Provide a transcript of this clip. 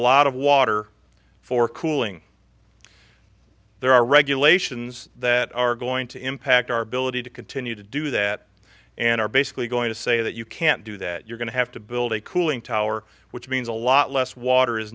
lot of water for cooling there are regulations that are going to impact our ability to continue to do that and are basically going to say that you can't do that you're going to have to build a cooling tower which means a lot less water is